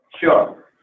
Sure